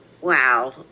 wow